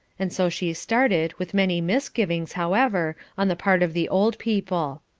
and so she started, with many misgivings, however, on the part of the old people.